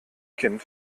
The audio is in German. kind